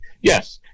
Yes